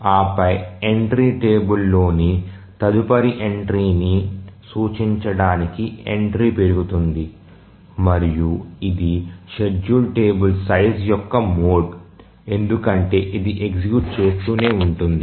ఆ పై entry table లోని తదుపరి ఎంట్రీని సూచించడానికి ఎంట్రీ పెరుగుతుంది మరియు ఇది షెడ్యూల్ టేబుల్ సైజు యొక్క మోడ్ ఎందుకంటే ఇది ఎగ్జిక్యూట్ చేస్తూనే ఉంటుంది